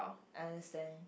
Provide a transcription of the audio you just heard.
understand